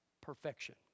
Perfection